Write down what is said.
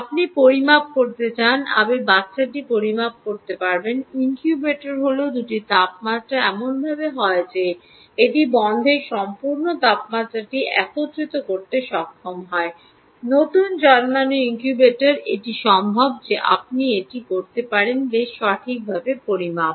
আপনি পরিমাপ করতে চান আপনি বাচ্চাটি পরিমাপ করতে পারবেন ইনকিউবেটার হল দুটি তাপমাত্রা এমনভাবে হয় যে এটি বন্ধের সম্পূর্ণ তাপমাত্রাটি একত্রিত করতে সক্ষম হয় নতুন জন্মানো ইনকিউবেটার এটি সম্ভব যে আপনি এটি করতে পারেন বেশ সঠিকভাবে পরিমাপ